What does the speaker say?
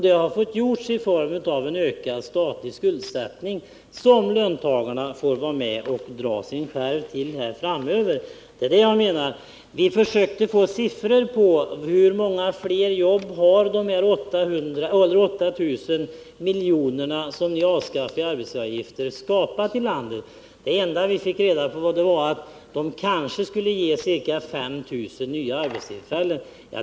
Det har gjorts i form av en ökad statlig skuldsättning, som löntagarna får dra sin skärv till framöver. Vi försökte få fram siffror över hur många flera jobb som de 8 000 milj.kr., som det kostade att avskaffa arbetsgivaravgiften, skapat i landet. Det enda vi fick reda på var att det kanske skulle ge ca 5 000 nya arbetstillfällen.